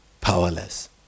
powerless